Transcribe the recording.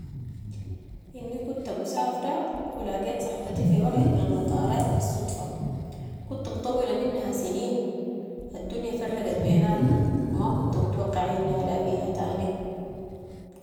اني كنت مسافرة و لاقيت صاحبتي في واحد من المطارات بالصدفه، كنت مطولة منها سنيين، الدنيا فرقت بيناتنا و ما كنت متوقعة اني الاقيها تاني.